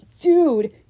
Dude